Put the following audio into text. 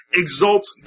exalts